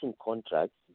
contracts